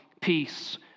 peace